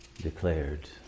declared